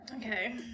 Okay